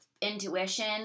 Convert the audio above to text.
intuition